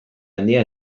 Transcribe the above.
handia